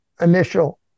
initial